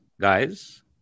Guys